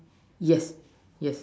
yes yes